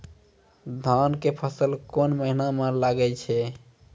धान के फसल कोन महिना म लागे छै?